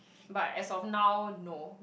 but as of now no